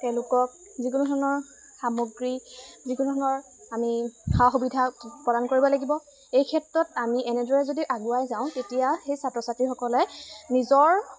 তেওঁলোকক যিকোনো ধৰণৰ সামগ্ৰী যিকোনো ধৰণৰ আমি সা সুবিধা প্ৰদান কৰিব লাগিব এই ক্ষেত্ৰত আমি এনেদৰে যদি আগুৱাই যাওঁ তেতিয়া সেই ছাত্ৰ ছাত্ৰীসকলে নিজৰ